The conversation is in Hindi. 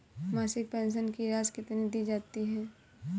मासिक पेंशन की राशि कितनी दी जाती है?